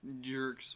Jerk